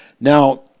Now